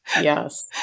yes